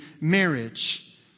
marriage